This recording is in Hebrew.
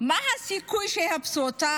מה הסיכוי שיחפשו אותה?